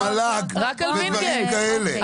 על הכוח של מל"ג ודברים כאלה.